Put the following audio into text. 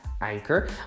Anchor